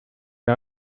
der